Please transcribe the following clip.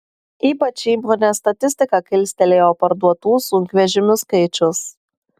ypač įmonės statistiką kilstelėjo parduotų sunkvežimių skaičius